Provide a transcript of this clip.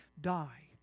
die